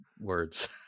words